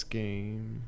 game